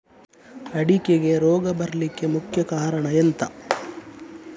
ಅಡಿಕೆಗೆ ರೋಗ ಬರ್ಲಿಕ್ಕೆ ಮುಖ್ಯ ಕಾರಣ ಎಂಥ?